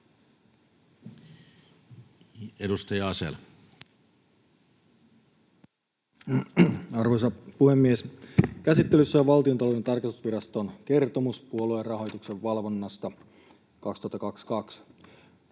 Content: Arvoisa puhemies! Käsittelyssä on Valtiontalouden tarkastusviraston kertomus puoluerahoituksen valvonnasta 2022.